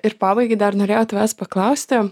ir pabaigai dar norėjau tavęs paklausti